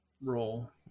role